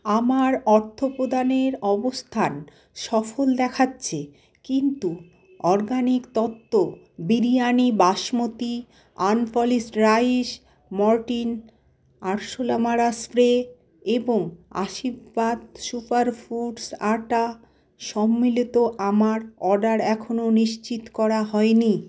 আমার অর্থপ্রদানের অবস্থান সফল দেখাচ্ছে কিন্তু অর্গানিক তত্ত্ব biryani basmati unpolished rice Mortein আরশোলা মারার স্প্রে এবং আশীর্বাদ সুপারফোর্স আটা সম্মিলিত আমার অর্ডার এখনো নিশ্চিত করা হয় নি